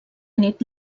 nit